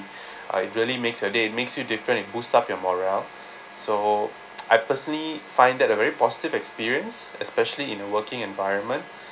uh it really makes your day it makes you different it boost up your morale so I personally find that a very positive experience especially in the working environment